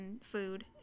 food